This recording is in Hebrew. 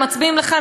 הם מצביעים לך,